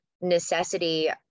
necessity